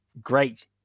great